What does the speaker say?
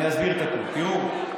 תראו,